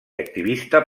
activistes